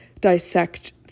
dissect